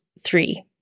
three